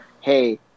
Hey